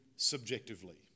subjectively